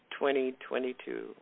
2022